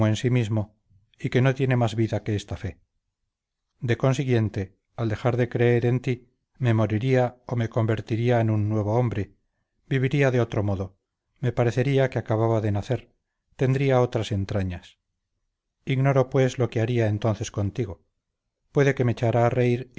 en sí mismo y que no tiene más vida que esa fe de consiguiente al dejar de creer en ti me moriría o me convertiría en un nuevo hombre viviría de otro modo me parecería que acababa de nacer tendría otras entrañas ignoro pues lo que haría entonces contigo puede que me echara a reír